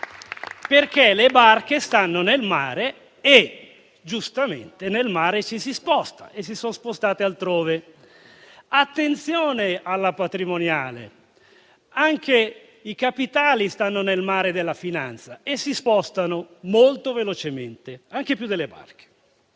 perché le barche stanno nel mare e, giustamente, nel mare ci si sposta e si sono spostate altrove. Attenzione alla patrimoniale, perché anche i capitali stanno nel mare della finanza e si spostano molto velocemente, anche più delle barche.